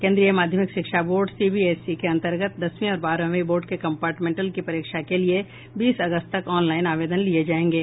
केंद्रीय माध्यमिक शिक्षा बोर्ड सीबीएसई के अन्तर्गत दसवीं और बारहवीं बोर्ड के कम्पार्टमेंटल की परीक्षा के लिए बीस अगस्त तक ऑनलाईन आवेदन लिये जायेंगे